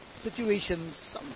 situations